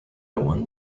one